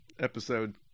episode